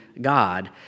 God